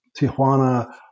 Tijuana